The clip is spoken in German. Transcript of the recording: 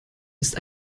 ist